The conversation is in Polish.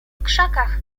krzakach